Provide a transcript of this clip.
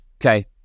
Okay